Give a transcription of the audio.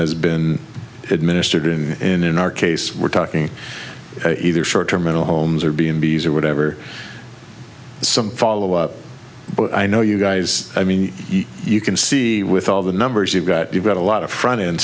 has been administered in in our case we're talking either short term mental homes or being b s or whatever some follow up but i know you guys i mean you can see with all the numbers you've got you've got a lot of front end